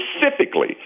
specifically